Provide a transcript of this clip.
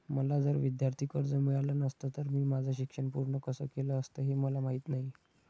मला जर विद्यार्थी कर्ज मिळालं नसतं तर मी माझं शिक्षण पूर्ण कसं केलं असतं, हे मला माहीत नाही